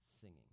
singing